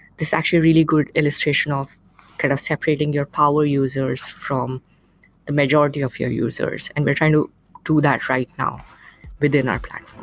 actually a really good illustration of kind of separating your power users from the majority of your users, and we're trying to do that right now within our platform.